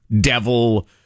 Devil